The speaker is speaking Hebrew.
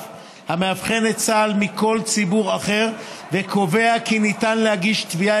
המבחין את צה"ל מכל ציבור אחר וקובע כי אפשר להגיש תביעה